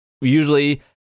usually